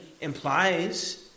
implies